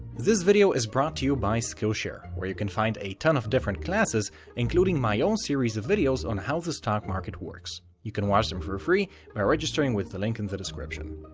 this video is brought to you by skillshare, where you can find a ton of different classes including my own series of videos on how the stock market works. you can watch them for free by registering with the link in and the description.